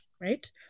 right